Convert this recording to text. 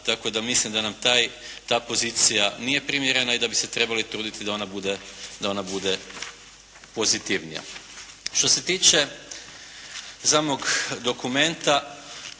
tako da mislim da nam ta pozicija nije primjerena i da bi se trebali truditi da ona bude pozitivnija. Što se tiče samog dokumenta,